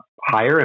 higher